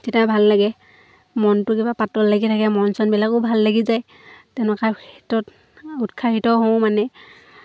তেতিয়া ভাল লাগে মনটো কিবা পাতল লাগি থাকে মন চনবিলাকো ভাল লাগি যায় তেনেকুৱা ক্ষেত্ৰত উৎসাহিত হওঁ মানে